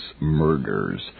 murders